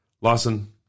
Lawson